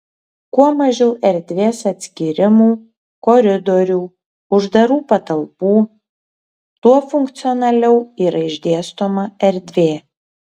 kuo mažiau erdvės atskyrimų koridorių uždarų patalpų tuo funkcionaliau yra išdėstoma erdvė